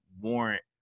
warrant